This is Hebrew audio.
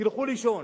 תלכו לישון.